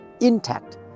intact